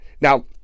Now